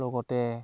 লগতে